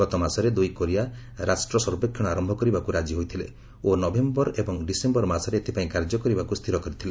ଗତମାସରେ ଦୁଇ କୋରିଆ ରାଷ୍ଟ୍ର ସର୍ବେକ୍ଷଣ ଆରମ୍ଭ କରିବାକୁ ରାଜି ହୋଇଥିଲେ ଓ ନଭେମ୍ବର ଏବଂ ଡିସେମ୍ବର ମାସରେ ଏଥିପାଇଁ କାର୍ଯ୍ୟ କରିବାକୁ ସ୍ଥିର କରିଥିଲେ